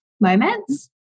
moments